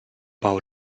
bau